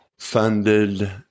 Funded